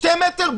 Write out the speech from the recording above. שני מטרים,